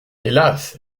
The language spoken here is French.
hélas